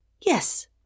yes